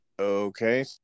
okay